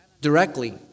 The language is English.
Directly